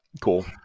Cool